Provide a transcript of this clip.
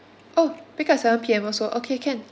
oh pick up at seven P_M also okay can